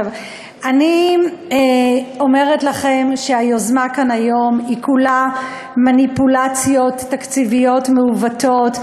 אני אומרת לכם שהיוזמה כאן היום היא כולה מניפולציות תקציביות מעוותות.